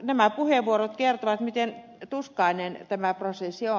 nämä puheenvuorot kertovat miten tuskainen tämä prosessi on